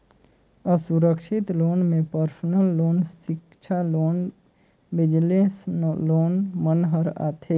असुरक्छित लोन में personal loan, सिक्छा लोन, बिजनेस लोन मन हर आथे